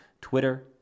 Twitter